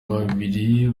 babiri